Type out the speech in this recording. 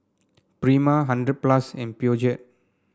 Prima Hundred plus and Peugeot